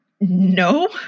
No